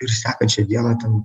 ir sekančią dieną ten